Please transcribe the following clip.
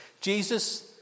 Jesus